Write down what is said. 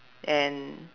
and